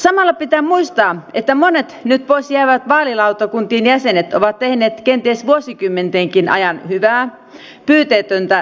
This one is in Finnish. samalla pitää muistaa että monet nyt pois jäävät vaalilautakuntien jäsenet ovat tehneet kenties vuosikymmentenkin ajan hyvää pyyteetöntä työtä